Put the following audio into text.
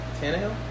Tannehill